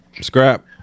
Scrap